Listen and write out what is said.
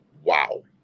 Wow